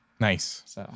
Nice